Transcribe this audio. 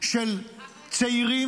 של צעירים